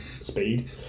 speed